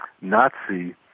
Nazi